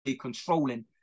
controlling